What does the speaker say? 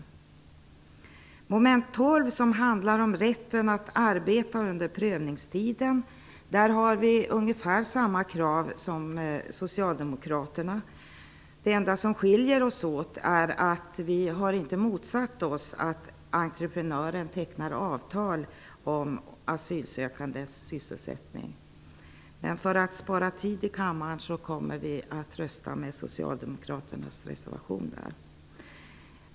Vad gäller mom. 12, som handlar om rätten att arbeta under prövningstiden, har vi ungefär samma krav som socialdemokraterna. Det enda som skiljer oss åt är att vi inte har motsatt oss att entreprenören tecknar avtal om asylsökandes sysselsättning. För att spara tid i kammaren kommer vi här dock att rösta för socialdemokraternas reservation.